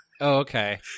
okay